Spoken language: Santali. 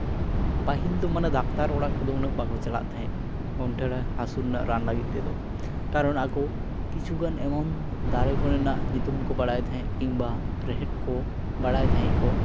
ᱯᱟᱹᱦᱤᱞ ᱫᱚ ᱢᱟᱱᱮ ᱰᱟᱠᱛᱟᱨ ᱚᱲᱟᱜ ᱠᱚᱫᱚ ᱩᱱᱟᱹᱜ ᱵᱟᱠᱚ ᱪᱟᱞᱜ ᱛᱟᱦᱮᱸᱜ ᱜᱚᱱᱴᱷᱮᱲ ᱦᱟᱹᱥᱩ ᱨᱮᱱᱟᱜ ᱨᱟᱱ ᱞᱟᱹᱜᱤᱫ ᱛᱮᱫᱚ ᱠᱟᱨᱚᱱ ᱟᱠᱚ ᱠᱤᱪᱷᱩ ᱜᱟᱱ ᱮᱢᱚᱱ ᱫᱟᱨᱮ ᱠᱚᱨᱮᱱᱟᱜ ᱧᱩᱛᱩᱢ ᱠᱚ ᱵᱟᱲᱟᱭ ᱛᱟᱦᱮᱸᱜ ᱠᱤᱢᱵᱟ ᱨᱮᱦᱮᱫ ᱠᱚ ᱵᱟᱲᱟᱭ ᱛᱟᱦᱮᱸᱜ